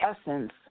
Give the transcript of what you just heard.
essence